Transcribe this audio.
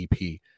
EP